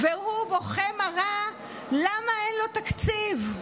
והוא בוכה מרה למה אין לו תקציב.